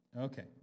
Okay